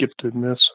giftedness